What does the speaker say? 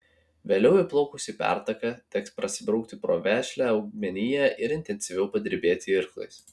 vėliau įplaukus į pertaką teks prasibrauti pro vešlią augmeniją ir intensyviau padirbėti irklais